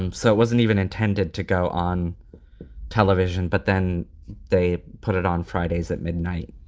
um so it wasn't even intended to go on television, but then they put it on fridays at midnight